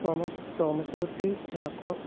Thomas Thomaskutty Chacko